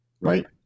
right